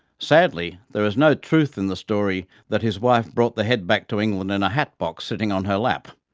sadly there is no truth in the story that his wife brought the head back to england in a hatbox sitting on her lap.